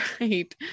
right